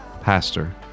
pastor